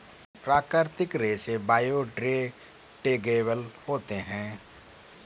प्राकृतिक रेसे बायोडेग्रेडेबल होते है